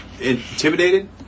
intimidated